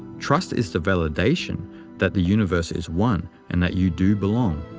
trust is the validation that the universe is one and that you do belong.